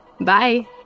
Bye